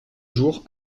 jours